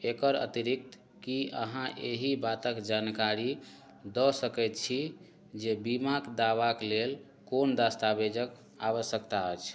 एकर अतिरिक्त की अहाँ एहि बातक जानकारी दऽ सकैत छी जे बीमा दाबाक लेल कोन दस्तावेजक आवश्यकता अछि